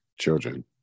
children